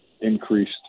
increased